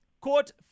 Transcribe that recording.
court